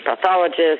pathologist